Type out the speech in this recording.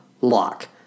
lock